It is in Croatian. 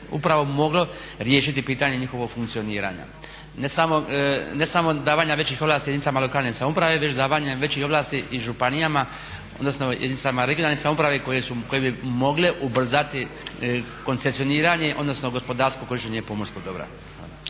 upravo moglo riješiti pitanje njihovog funkcioniranja. Ne samo davanja većih ovlasti jedinicama lokalne samouprave već davanje većih ovlasti i županijama, odnosno jedinicama regionalne samouprave koje bi mogle ubrzati koncesioniranje odnosno gospodarsko korištenje pomorskog dobra.